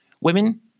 Women